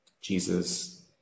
Jesus